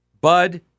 Bud